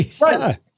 right